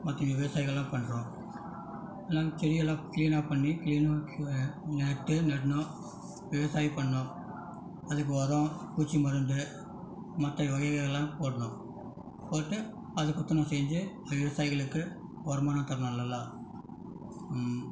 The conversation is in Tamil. மற்ற விவசாயிகள்லாம் பண்ணுறோம் எல்லாம் செடியெல்லாம் க்ளீனாக பண்ணி க்ளீனாக நாற்று நடணும் விவசாயம் பண்ணும் அதுக்கு ஒரம் பூச்சி மருந்து மத்தை வகைகள் எல்லாம் போடணும் போட்டு அதுக்கு உத்துணவு செஞ்சு விவசாயிகளுக்கு வருமானோ தரணும் நல்லா ம்